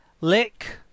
Lick